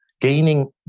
Gaining